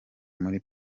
muri